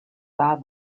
saw